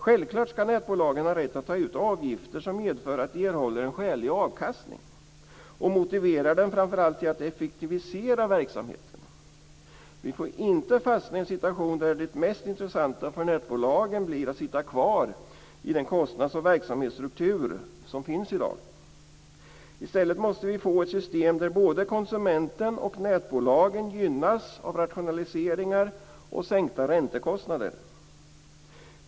Självfallet ska nätbolagen ha rätt att ta ut avgifter som medför att de erhåller en skälig avkastning och som motiverar dem till att framför allt effektivisera verksamheten. Vi får inte fastna i en situation där det mest intressanta för nätbolagen blir att sitta kvar i den kostnads och verksamhetsstruktur som finns i dag. I stället måste vi få ett system där både konsumenten och nätbolagen gynnas av rationaliseringar och sänkta räntekostnader.